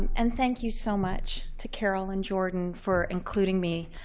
and thank you so much to carol and jordan for including me.